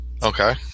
okay